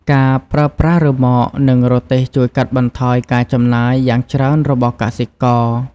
ការប្រើប្រាស់រ៉ឺម៉កនឹងរទេះជួយកាត់បន្ថយការចំណាយយ៉ាងច្រើនរបស់កសិករ។